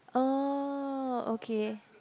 oh okay